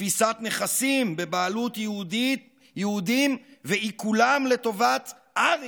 תפיסת נכסים בבעלות יהודים ועיקולם לטובת ארים,